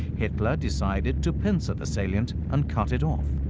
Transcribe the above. hitler decided to pincer the salient and cut it off.